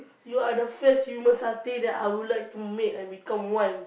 you are the first human satay that I would like to make and become one